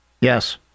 Yes